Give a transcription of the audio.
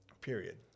period